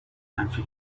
منفی